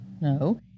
no